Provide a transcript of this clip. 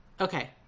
Okay